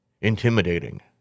intimidating